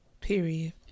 Period